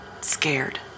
scared